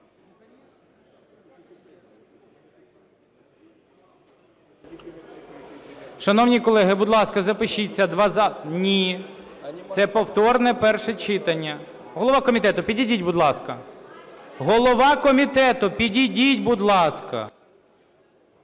Шановні колеги, будь ласка, запишіться… Ні, це повторне перше читання. Голова комітету підійдіть, будь ласка. Голова комітету підійдіть, будь ласка!